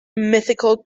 mystical